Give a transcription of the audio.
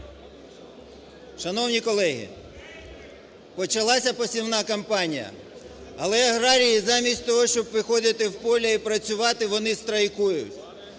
Шановні колеги! Почалася посівна кампанія, але аграрії замість того, щоб виходити в поле і працювати, вони страйкують.